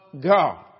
God